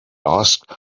asked